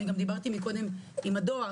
אני גם דיברתי מקודם עם הדואר,